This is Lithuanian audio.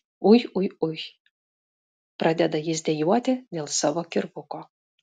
ui ui ui pradeda jis dejuoti dėl savo kirvuko